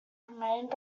remained